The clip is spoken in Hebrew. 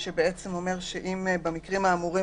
שאומר שבמקרים האמורים